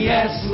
Yes